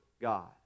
God